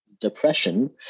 depression